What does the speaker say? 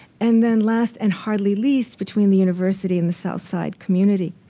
and then last, and hardly least, between the university and the south side community.